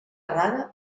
errada